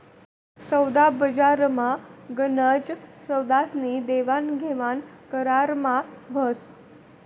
सोदाबजारमा गनच सौदास्नी देवाणघेवाण करारमा व्हस